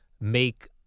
make